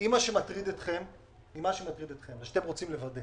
אם מה שמטריד אתכם זה שאתם רוצים לוודא